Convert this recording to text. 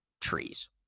trees